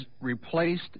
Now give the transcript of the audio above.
replaced